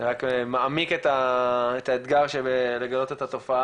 זה רק מעמיק את האתגר של לגלות את התופעה.